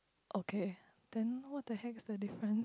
okay then what the hack is the difference